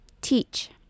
teach